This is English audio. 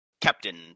Captain